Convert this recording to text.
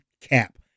cap